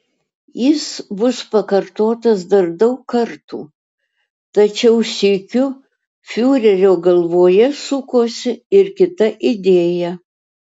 jis bus pakartotas dar daug kartų tačiau sykiu fiurerio galvoje sukosi ir kita idėja